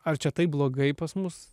ar čia taip blogai pas mus